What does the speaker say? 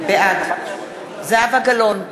בעד זהבה גלאון,